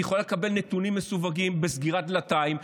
היא יכולה לקבל נתונים מסווגים בסגירת דלתיים,